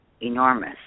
enormous